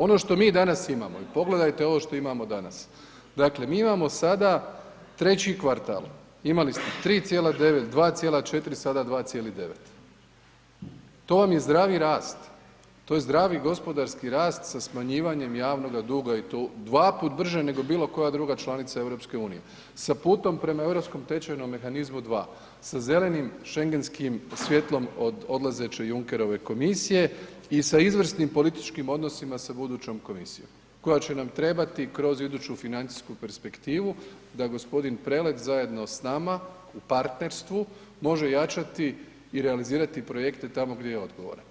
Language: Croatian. Ono što mi danas imamo i pogledajte ovo što imamo danas, dakle mi imamo sada treći kvartal, imali ste 3,9, 2,4, sada 2,9, to vam je zdravi rast, to je zdravi gospodarski rast sa smanjivanjem javnoga duga i to dva put brže nego bilo koja druga članica EU sa putom prema Europskom tečajnom mehanizmu 2, sa zelenim Šengenskim svjetlom od odlazeće Junkerove komisije i sa izvrsnim političkim odnosima sa budućom komisijom koja će nam trebati kroz iduću financijsku perspektivu da g. Prelec zajedno s nama u partnerstvu može jačati i realizirati projekte tamo gdje je odgovoran,